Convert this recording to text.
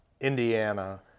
Indiana